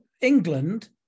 England